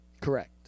Correct